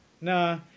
Nah